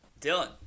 Dylan